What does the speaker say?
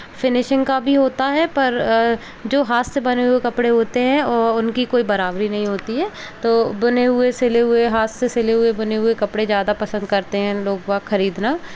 finishing का भी होता है पर जो हाथ से बने हुए कपड़े होते हैं उनकी कोई बराबरी नहीं होती है तो बुने हुए सिले हुए हाथ से सिले हुए बुने हुए कपड़े ज़्यादा पसंद करते हैं लोग बाग खरीदना